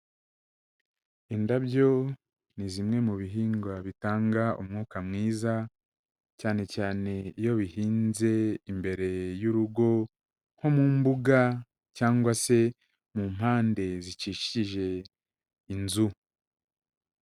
Indabyo ni zimwe mu bihingwa bitanga umwuka mwiza, cyane cyane iyo bihinze imbere y'urugo nko mu mbuga cyangwa se mu mpande zikikije inzu.